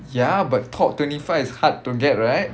ya but top twenty five is hard to get right